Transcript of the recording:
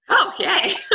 Okay